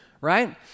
right